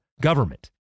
government